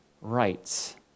rights